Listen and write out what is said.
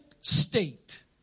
state